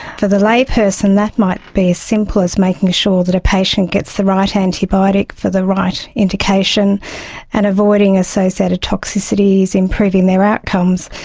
for the layperson that might be as simple as making sure that a patient gets the right antibiotic for the right indication and avoiding associated toxicities, improving their outcomes,